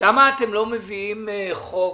-- למה אתם לא מביאים חוק